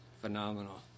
phenomenal